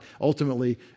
Ultimately